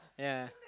yeah